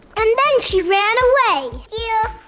and then she ran away! yeah